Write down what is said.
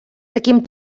таким